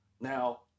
Now